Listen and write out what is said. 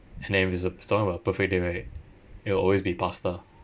and then if it's a talking about a perfect day right it'll always be pasta